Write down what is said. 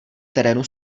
terénu